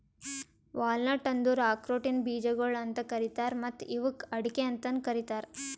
walnut ಅಂದುರ್ ಆಕ್ರೋಟಿನ ಬೀಜಗೊಳ್ ಅಂತ್ ಕರೀತಾರ್ ಮತ್ತ ಇವುಕ್ ಅಡಿಕೆ ಅಂತನು ಕರಿತಾರ್